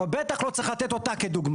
אבל בטח לא צריך לתת אות כדוגמא.